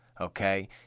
okay